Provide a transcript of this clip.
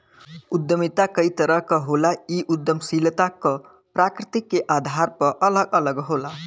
उद्यमिता कई तरह क होला इ उद्दमशीलता क प्रकृति के आधार पर अलग अलग होला